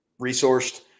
resourced